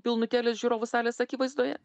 pilnutėlės žiūrovų salės akivaizdoje